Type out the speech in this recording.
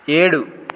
ఏడు